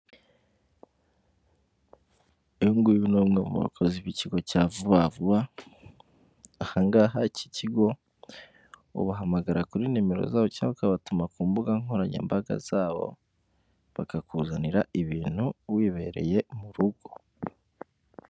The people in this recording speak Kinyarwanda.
Uyu nguyu n’umwe mu bakozi b'ikigo cya vuba vuba ah’iki kigo ubahamagara kuri nimero zabo cyangwa ukabatuma ku mbuga nkoranyambaga zabo bakakuzanira ibintu wibereye mu rugo.